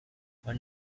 what